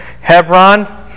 Hebron